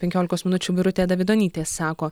penkiolikos minučių birutė davidonytė sako